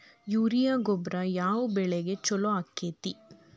Urea ಗೊಬ್ಬರ ಯಾವ ಬೆಳಿಗೆ ಛಲೋ ಆಕ್ಕೆತಿ?